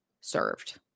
served